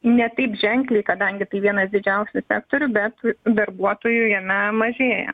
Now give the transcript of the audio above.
ne taip ženkliai kadangi tai vienas didžiausių sektorių bet darbuotojų jame mažėja